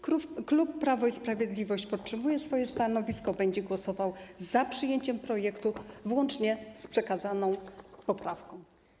Klub Prawo i Sprawiedliwość podtrzymuje swoje stanowisko, będzie głosował za przyjęciem projektu łącznie z przekazaną poprawką.